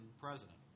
president